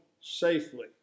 safely